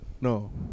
No